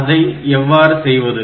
அதை எவ்வாறு செய்வது